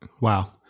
Wow